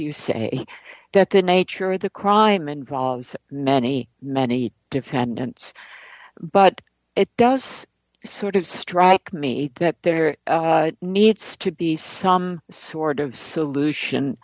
you say that the nature of the crime involves many many defendants but it does sort of strike me that there needs to be some sort of solution